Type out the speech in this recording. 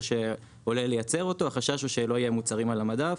שעולה לייצר אותו החשש הוא שלא יהיו מוצרים על המדף.